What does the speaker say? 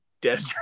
desert